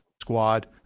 squad